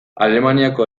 alemaniako